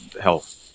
health